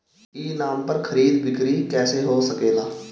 ई नाम पर खरीद बिक्री कैसे हो सकेला?